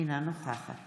אינה נוכחת